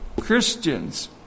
Christians